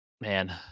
man